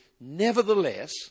nevertheless